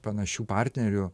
panašių partnerių